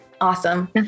awesome